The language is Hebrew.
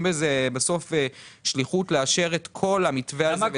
בזה בסוף שליחות לאשר את כל המתווה הזה ואת כל הפיצויים.